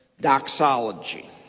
doxology